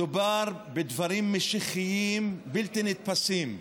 מדובר בדברים משיחיים בלתי נתפסים,